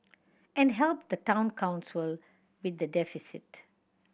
and help the Town Council with the deficit